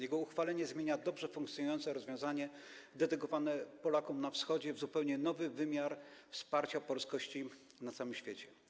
Jego uchwalenie zmienia dobrze funkcjonujące rozwiązania dedykowane Polakom na Wschodzie, nadając zupełnie nowy wymiar kwestii wsparcia polskości na całym świecie.